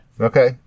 Okay